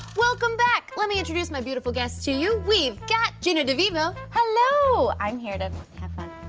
welcome back! let me introduce my beautiful guests to you. we've got gina devivo. hello! i'm here to have fun.